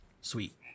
sweet